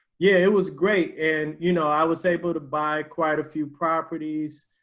yeah, it was great. and, you know, i was able to buy quite a few properties,